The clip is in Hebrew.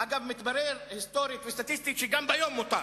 אגב, מתברר, היסטורית וסטטיסטית, שגם ביום מותר,